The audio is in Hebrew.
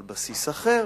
על בסיס אחר,